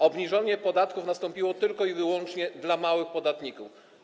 Obniżenie podatków nastąpiło tylko i wyłącznie dla małych podatników.